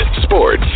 sports